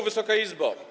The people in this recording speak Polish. Wysoka Izbo!